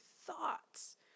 thoughts